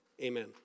Amen